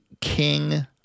king